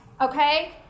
Okay